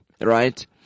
right